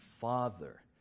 father